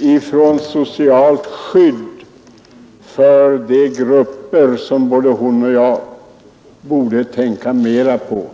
när det gäller det sociala skyddet för grupper som både hon och jag borde tänka mera på.